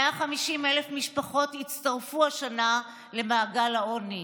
150,000 משפחות הצטרפו השנה למעגל העוני.